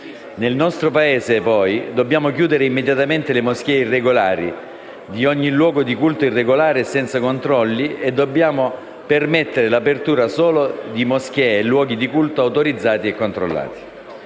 Nel nostro Paese, poi, dobbiamo chiudere immediatamente le moschee irregolari e ogni luogo di culto irregolare e senza controlli, permettendo l'apertura solo di moschee e luoghi di culto autorizzati e controllati.